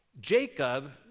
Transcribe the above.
Jacob